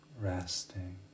resting